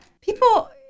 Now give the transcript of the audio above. people